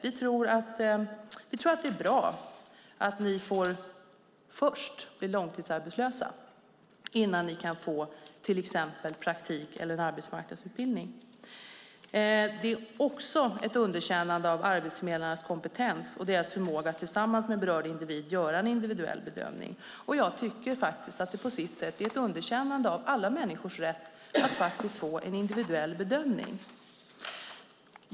Vi tror att det är bra att ni först får bli långtidsarbetslösa innan ni kan få till exempel praktik eller en arbetsmarknadsutbildning. Det är också ett underkännande av arbetsförmedlarnas kompetens och deras förmåga att tillsammans med berörd individ göra en individuell bedömning. Och jag tycker att det på sitt sätt är ett underkännande av alla människors rätt att få en individuell bedömning.